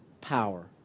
power